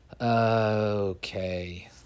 Okay